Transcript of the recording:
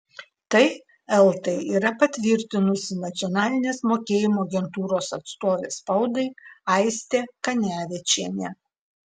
tai eltai yra patvirtinusi nacionalinės mokėjimo agentūros atstovė spaudai aistė kanevičienė